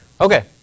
Okay